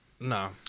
no